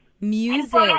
Music